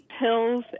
pills